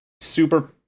super